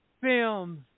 films